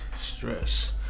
stress